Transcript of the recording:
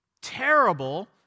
terrible